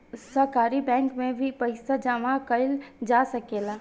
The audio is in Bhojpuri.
सहकारी बैंक में भी पइसा जामा कईल जा सकेला